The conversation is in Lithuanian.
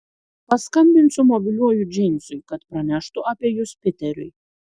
paskambinsiu mobiliuoju džeimsui kad praneštų apie jus piteriui